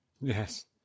Yes